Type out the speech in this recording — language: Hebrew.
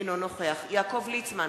אינו נוכח יעקב ליצמן,